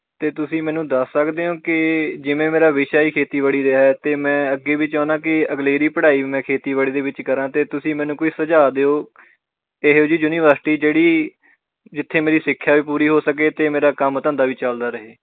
ਅਤੇ ਤੁਸੀਂ ਮੈਨੂੰ ਦੱਸ ਸਕਦੇ ਹੋ ਕਿ ਜਿਵੇਂ ਮੇਰਾ ਵਿਸ਼ਾ ਜੀ ਖੇਤੀਬਾੜੀ ਰਿਹਾ ਹੈ ਅਤੇ ਮੈਂ ਅੱਗੇ ਵੀ ਚਾਹੁੰਦਾ ਕਿ ਅਗਲੇਰੀ ਪੜ੍ਹਾਈ ਮੈਂ ਖੇਤੀਬਾੜ੍ਹੀ ਦੇ ਵਿੱਚ ਕਰਾਂ ਅਤੇ ਤੁਸੀਂ ਮੈਨੂੰ ਕੋਈ ਸੁਝਾਅ ਦਿਓ ਇਹੋ ਜਿਹੀ ਯੂਨੀਵਰਸਿਟੀ ਜਿਹੜੀ ਜਿੱਥੇ ਮੇਰੀ ਸਿੱਖਿਆ ਵੀ ਪੂਰੀ ਹੋ ਸਕੇ ਅਤੇ ਮੇਰਾ ਕੰਮ ਧੰਦਾ ਵੀ ਚੱਲਦਾ ਰਹੇ